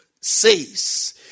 says